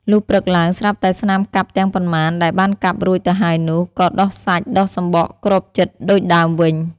លុះព្រឹកឡើង ស្រាប់តែស្នាមកាប់ទាំងប៉ុន្មានដែលបានកាប់រួចទៅហើយនោះ ក៏ដុះសាច់ ដុះសំបកគ្របជិតដូចដើមវិញ។